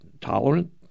tolerant